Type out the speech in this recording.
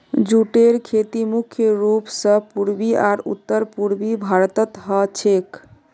जूटेर खेती मुख्य रूप स पूर्वी आर उत्तर पूर्वी भारतत ह छेक